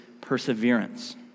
perseverance